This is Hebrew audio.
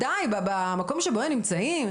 די, במקום שבו הם נמצאים?